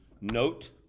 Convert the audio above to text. Note